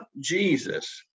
Jesus